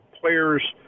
players –